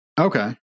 Okay